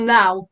now